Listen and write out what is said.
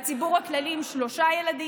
והציבור הכללי עם שלושה ילדים.